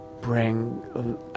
bring